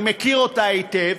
אני מכיר אותה היטב,